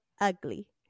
ugly